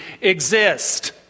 exist